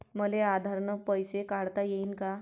मले आधार न पैसे काढता येईन का?